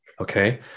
Okay